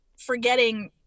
forgetting